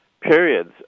periods